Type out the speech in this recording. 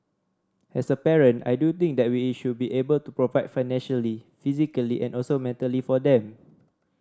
as a parent I do think that we should be able to provide financially physically and also mentally for them